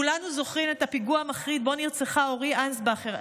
כולנו זוכרים את הפיגוע המחריד שבו נרצחה אורי אנסבכר,